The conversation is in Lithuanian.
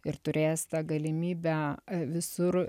ir turės tą galimybę visur